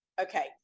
okay